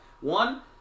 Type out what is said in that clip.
one